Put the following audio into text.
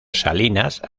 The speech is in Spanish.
salinas